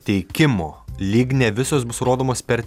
teikimo lyg ne visos bus rodomos per